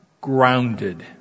grounded